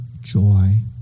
joy